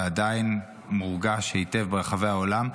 ועדיין מורגש היטב ברחבי העולם,